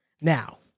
Now